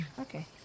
Okay